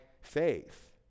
faith